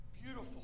beautiful